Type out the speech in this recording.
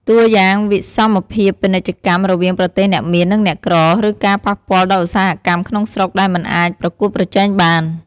តួយ៉ាង វិសមភាពពាណិជ្ជកម្មរវាងប្រទេសអ្នកមាន និងអ្នកក្រ ឬការប៉ះពាល់ដល់ឧស្សាហកម្មក្នុងស្រុកដែលមិនអាចប្រកួតប្រជែងបាន។